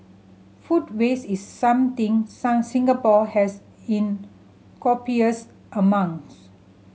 food waste is something Singapore has in copious amounts